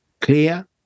clear